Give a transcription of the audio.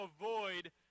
avoid